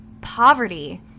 poverty